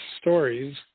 stories